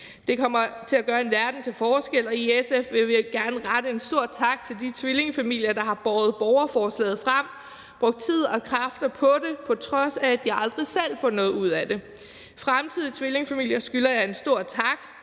Det kommer til at gøre en verden til forskel, og i SF vil vi gerne rette en stor tak til de tvillingefamilier, der har båret borgerforslaget frem, brugt tid og kræfter på det, på trods af at de aldrig selv får noget ud af det. Fremtidige tvillingefamilier skylder jer en stor tak: